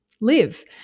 live